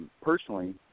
personally